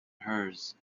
hers